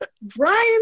Brian